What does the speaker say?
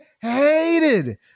hated